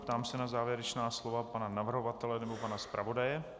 Ptám se na závěrečná slova pana navrhovatele nebo pana zpravodaje.